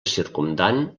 circumdant